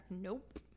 Nope